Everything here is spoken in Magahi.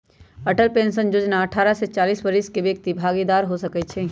अटल पेंशन जोजना अठारह से चालीस वरिस के व्यक्ति भागीदार हो सकइ छै